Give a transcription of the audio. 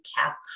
cap